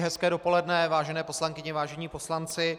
Hezké dopoledne, vážené poslankyně, vážení poslanci.